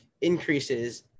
increases